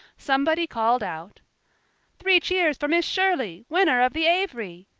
somebody called out three cheers for miss shirley, winner of the avery!